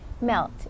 melt